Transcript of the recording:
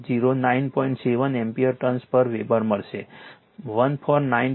7 ampere turns per weber મળશે 149207